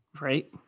Right